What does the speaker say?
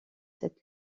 cette